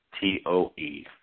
T-O-E